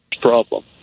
problem